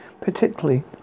Particularly